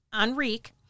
Enrique